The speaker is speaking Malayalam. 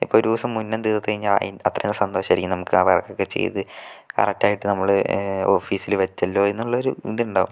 ഇപ്പം ഒരു ദിവസം മുന്നേ തീർത്ത് കഴിഞ്ഞാൽ അത്രയും സന്തോഷായിരിക്കും നമുക്ക് ആ വർക്കക്കെ ചെയ്ത് കറക്റ്റായിട്ട് നമ്മള് ഓഫീസില് വച്ചല്ലോ എന്നുള്ളൊരു ഇതിണ്ടാവും